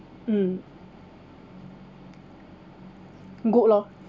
mm good lor